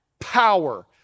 power